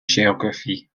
géographie